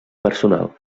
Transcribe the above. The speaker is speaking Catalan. personal